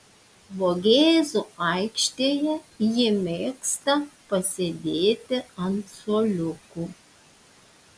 vogėzų aikštėje ji mėgsta pasėdėti ant suoliukų